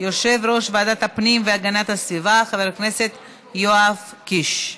יושב-ראש ועדת הפנים והגנת הסביבה חבר הכנסת יואב קיש.